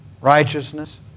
righteousness